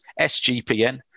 SGPN